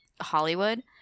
Hollywood